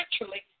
naturally